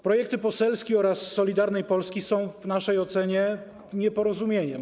Projekty poselski oraz Solidarnej Polski są w naszej ocenie oczywiście nieporozumieniem.